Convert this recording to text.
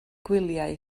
gwyliau